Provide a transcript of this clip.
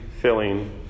filling